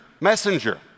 messenger